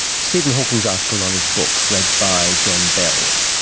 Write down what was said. stephen hawking's article on his book read by john bell.